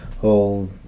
whole